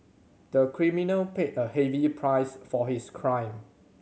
the criminal paid a heavy price for his crime